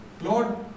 Lord